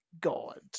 God